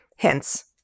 hence